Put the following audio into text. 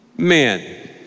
man